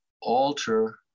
alter